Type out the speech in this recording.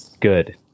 good